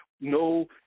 no